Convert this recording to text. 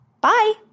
Bye